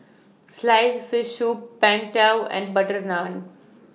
Sliced Fish Soup Png Tao and Butter Naan